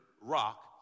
Rock